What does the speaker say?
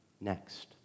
next